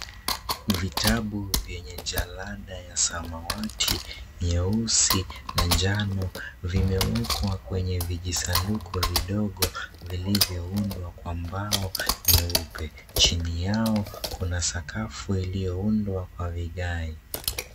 Vitabu vyenye jalada ya samawati, nyeusi na njano vimewekwa kwenye vijisanduku vidogo vilivyoundwa kwa mbao nyeupe. Chini yake kuna sakafu iliyoundwa kwa vigae.